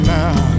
now